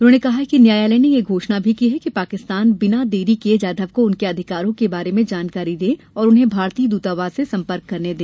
उन्होंने कहा कि न्यायालय ने यह घोषणा भी की है कि पाकिस्तान बिना देरी किए जाधव को उनके अधिकारों के बारे में जानकारी दे और उन्हें भारतीय दूतावास से सम्पर्क करने दे